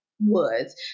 Woods